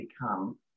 become